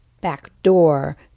backdoor